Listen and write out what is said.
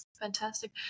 Fantastic